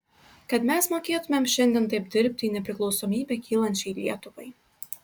kad mes mokėtumėm šiandien taip dirbti į nepriklausomybę kylančiai lietuvai